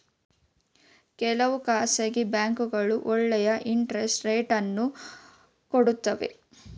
ಕೆಲವು ಖಾಸಗಿ ಬ್ಯಾಂಕ್ಗಳು ಒಳ್ಳೆಯ ಇಂಟರೆಸ್ಟ್ ರೇಟ್ ಅನ್ನು ಕೊಡುತ್ತವೆ